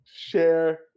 share